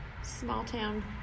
small-town